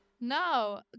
No